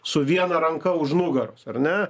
su viena ranka už nugaros ar ne